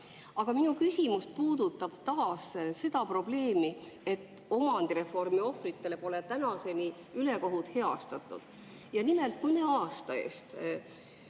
Aga minu küsimus puudutab taas seda probleemi, et omandireformi ohvritele pole tänaseni ülekohut heastatud. Nimelt, mõne aasta eest